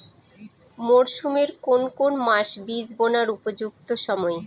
মরসুমের কোন কোন মাস বীজ বোনার উপযুক্ত সময়?